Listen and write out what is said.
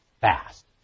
fast